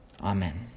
Amen